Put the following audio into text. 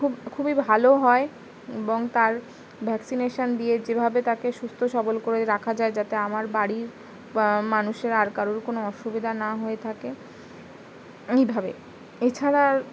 খুব খুবই ভালো হয় এবং তার ভ্যাক্সিনেশন দিয়ে যেভাবে তাকে সুস্থ সবল করে রাখা যায় যাতে আমার বাড়ির মানুষের আর কারুর কোনও অসুবিধা না হয়ে থাকে এইভাবে এছাড়া